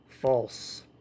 false